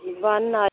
ਜੀ one R